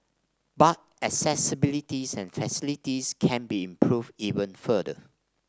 but accessibility and facilities can be improved even further